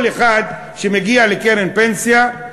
כל אחד שמגיע לקרן פנסיה,